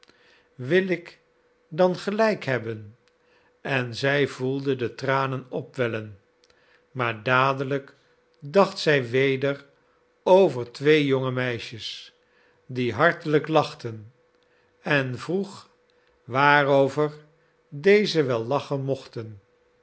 wil ik dan gelijk hebben en zij voelde de tranen opwellen maar dadelijk dacht zij weder over twee jonge meisjes die hartelijk lachten en vroeg waarover deze wel lachen mochten